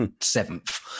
seventh